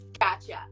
gotcha